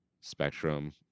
spectrum